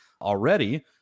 already